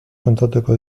kontatuko